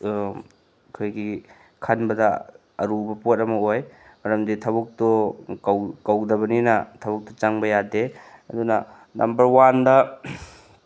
ꯑꯩꯈꯣꯏꯒꯤ ꯈꯟꯕꯗ ꯑꯔꯨꯕ ꯄꯣꯠ ꯑꯃ ꯑꯣꯏ ꯃꯔꯝꯗꯤ ꯊꯕꯛꯇꯣ ꯀꯧꯗꯕꯅꯤꯅ ꯊꯕꯛꯇꯣ ꯆꯪꯕ ꯌꯥꯗꯦ ꯑꯗꯨꯅ ꯅꯝꯕꯔ ꯋꯥꯟꯗ